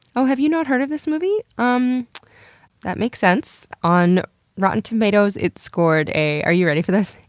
oh, have you not heard of this movie? um that makes sense. on rotten tomatoes, it scored a are you ready for this?